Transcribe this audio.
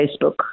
Facebook